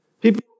People